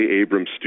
Abrams